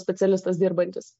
specialistas dirbantis